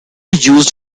used